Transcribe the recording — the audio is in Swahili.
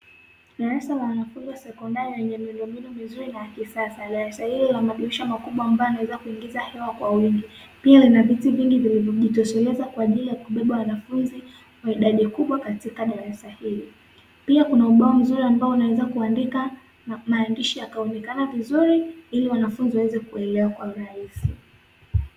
Darasa la wanafunzi wa sekondari lenye miundombinu mizuri na ya kisasa. Darasa hili lina madirisha makubwa ambayo yanaweza kuingiza hewa kwa wingi. Pia lina viti vingi vilivyojitosheleza kwa ajili ya kubeba wanafunzi wa idadi kubwa katika darasa hili. Pia kuna ubao mzuri ambao unaoweza kuandika maandishi yakaonekana vizuri ili wanafunzi waweze kuelewa kwa urahisi.